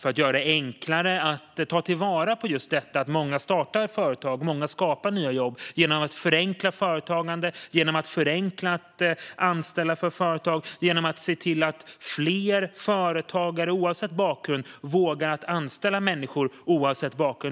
Vi måste göra det enklare att ta vara på att många startar företag och skapar nya jobb genom att förenkla företagandet, genom att göra det enklare för företag att anställa och genom att se till att fler företagare, oavsett bakgrund, vågar anställa människor, oavsett bakgrund.